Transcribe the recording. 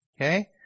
Okay